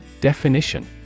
Definition